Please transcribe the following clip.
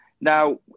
Now